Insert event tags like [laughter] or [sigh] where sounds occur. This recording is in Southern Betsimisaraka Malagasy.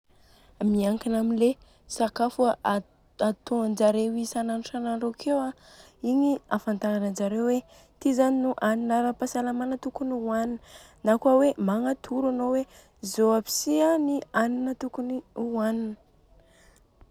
Miankina amin'le sakafo a atôanjareo isanandroisandro akeo a. Igny ahafantaranjareo hoe ty zany no hanina ara-pahasalamana tokony ohanina, na kôa hoe magnatoro anô hoe zô aby si any i hanina tokony ohanina. [noise]